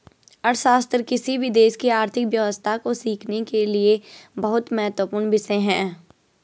अर्थशास्त्र किसी भी देश की आर्थिक व्यवस्था को सीखने के लिए बहुत महत्वपूर्ण विषय हैं